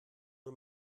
nur